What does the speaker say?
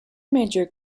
major